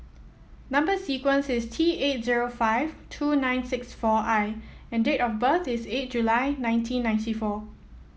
number sequence is T eight zero five two nine six four I and date of birth is eight July nineteen ninety four